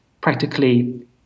practically